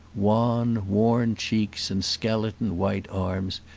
wan, worn cheeks, and skeleton, white arms,